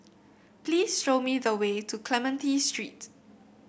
please show me the way to Clementi Street